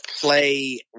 play